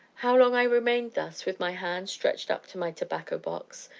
how long i remained thus, with my hand stretched up to my tobacco-box,